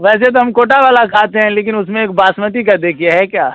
वैसे तो हम कोटा वाला खाते हैं लेकिन उस में एक बासमती का देखिए है क्या